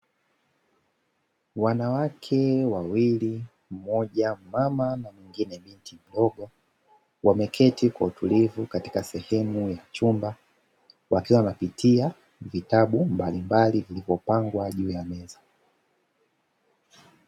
Wanawake wawili mmoja mama na mwingine binti mdogo, wameketi kwa utulivu katika sehemu ya chumba, wakiwa wanapitia vitabu mbalimbali vilivyopangwa juu ya meza.